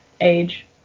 age